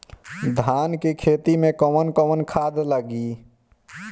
धान के खेती में कवन कवन खाद लागी?